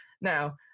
now